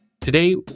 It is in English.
Today